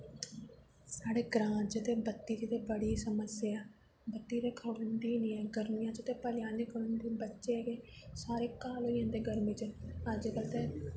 साढ़े ग्रांऽ च ते बत्ती दी ते बड़ी समस्या ऐ बत्ती ते खड़ोंदी नि ऐ गर्मियें च ते भलेआं नि खड़ोंदी बच्चे के सारे काह्ले होई जन्दे गर्मी च अज्जकल ते